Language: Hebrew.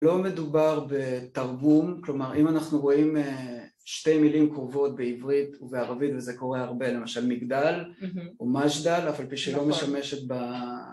לא מדובר בתרגום, כלומר אם אנחנו רואים שתי מילים קרובות בעברית ובערבית וזה קורה הרבה, למשל מגדל או מז'דל, אף על פי שלא משמשת ב...